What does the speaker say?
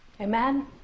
Amen